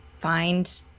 find